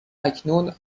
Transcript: اکنون